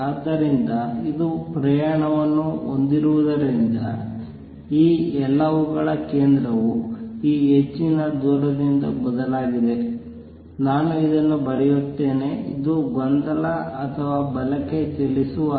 ಆದ್ದರಿಂದ ಇದು ಪ್ರಯಾಣವನ್ನು ಹೊಂದಿರುವುದರಿಂದ ಈ ಎಲ್ಲವುಗಳ ಕೇಂದ್ರವು ಈ ಹೆಚ್ಚಿನ ದೂರದಿಂದ ಬದಲಾಗಿದೆ ನಾನು ಇದನ್ನು ಬರೆಯುತ್ತೇನೆ ಇದು ಗೊಂದಲ ಅಥವಾ ಬಲಕ್ಕೆ ಚಲಿಸುವ ಅಲೆ